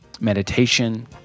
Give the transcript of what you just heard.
meditation